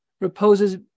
reposes